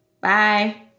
Bye